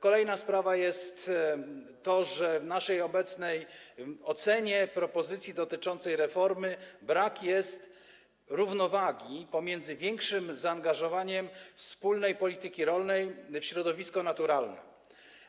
Kolejna sprawa dotyczy tego, że w naszej ocenie w propozycji dotyczącej reformy brak jest równowagi pomiędzy większym zaangażowaniem wspólnej polityki rolnej w środowisko naturalne